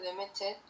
limited